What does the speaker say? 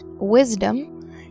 wisdom